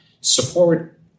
support